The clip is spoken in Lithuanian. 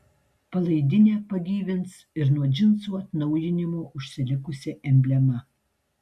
palaidinę pagyvins ir nuo džinsų atnaujinimo užsilikusi emblema